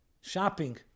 shopping